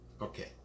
Okay